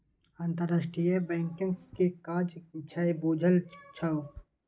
अंतरराष्ट्रीय बैंकक कि काज छै बुझल छौ?